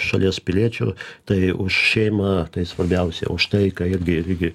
šalies piliečių tai už šeimą tai svarbiausia už taiką irgi irgi